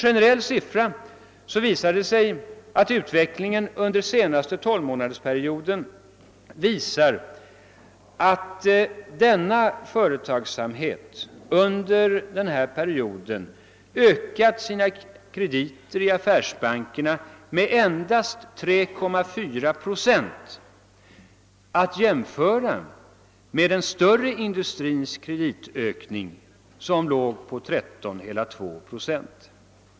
Generellt visar det sig att utvecklingen under den senaste tolvmånadersperioden inneburit att denna del av företagsamheten ökat sina krediter i affärsbankerna med endast 3,4 procent, vilket kan jämföras med den större industrins kreditökning som varit 13,2 procent.